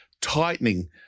tightening